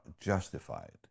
justified